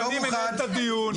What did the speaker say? אני מנהל את הדיון,